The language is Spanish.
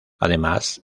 además